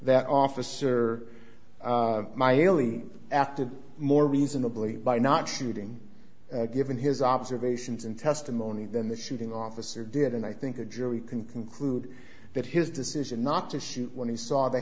that officer my only after more reasonably by not shooting given his observations and testimony than the shooting officer did and i think a jury can conclude that his decision not to shoot when he saw the